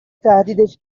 تهدیدش